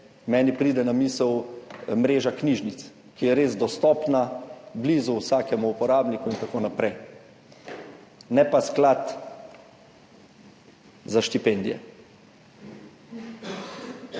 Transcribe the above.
meni pride na misel mreža knjižnic, ki je res dostopna, blizu vsakemu uporabniku in tako naprej, ne pa sklad za štipendije.